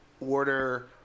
order